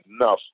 enough